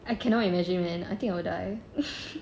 I cannot imagine man I think I will die